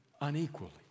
unequally